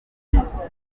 miss